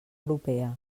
europea